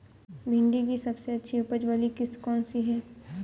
भिंडी की सबसे अच्छी उपज वाली किश्त कौन सी है?